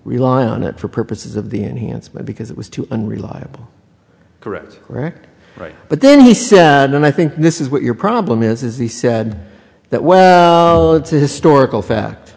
rely on it for purposes of the enhancement because it was too unreliable correct or right but then he said then i think this is what your problem is is he said that well it's a historical fact